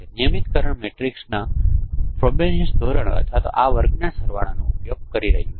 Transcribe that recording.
નિયમિતકરણ મેટ્રિક્સના ફ્રબનિયસ ધોરણ અથવા આ વર્ગના સરવાળોનો ઉપયોગ કરી રહ્યું છે